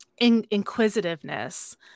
inquisitiveness